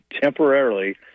temporarily